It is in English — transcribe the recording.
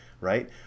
Right